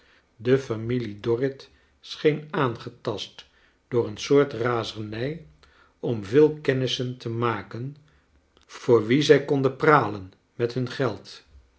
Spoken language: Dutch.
de familie dorrit scheen aangetast door een soort razernij om veel kennissen te maken voor wie zij konden pralen met hun geld